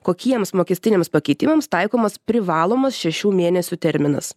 kokiems mokestiniams pakeitimams taikomas privalomas šešių mėnesių terminas